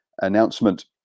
announcement